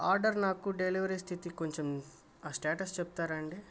order నాకు delivery స్థితి కొంచెం స్టేటస్ చెప్తారా అండి